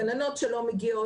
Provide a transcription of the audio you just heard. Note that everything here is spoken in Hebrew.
גננות שלא מגיעות.